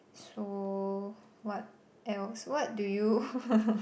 so what else what do you